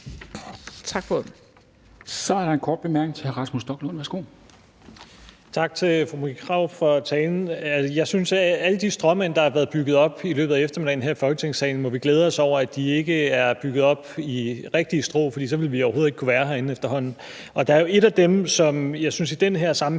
Kristensen): Så er der en kort bemærkning fra hr. Rasmus Stoklund. Værsgo. Kl. 16:34 Rasmus Stoklund (S): Tak til fru Marie Krarup for talen. Jeg synes, at med alle de stråmænd, der har været bygget op i løbet af eftermiddagen her i Folketingssalen, må vi glæde os over, at de ikke er bygget op af rigtige strå, for så ville vi overhovedet ikke kunne være herinde efterhånden. Der er jo en af dem, som jeg synes er relevant i den her sammenhæng,